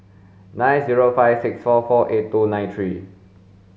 nine zero five six four four eight two nine three